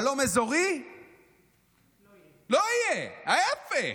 שלום אזורי לא יהיה, ההפך,